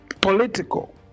political